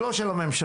היא לא של הממשלה,